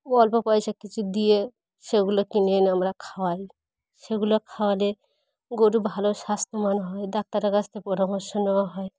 অল্প পয়সা কিছু দিয়ে সেগুলো কিনে এনে আমরা খাওয়াই সেগুলো খাওয়ালে গরু ভালো স্বাস্থ্যবান হয় ডাক্তারের কাছ থেকে পরামর্শ নেওয়া হয়